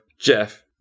Jeff